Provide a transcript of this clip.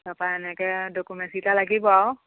তাপা এনেকে ডকুমেণ্টছকেইটা লাগিব আৰু